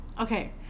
okay